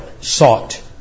sought